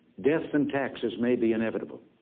death and taxes maybe inevitable,